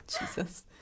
Jesus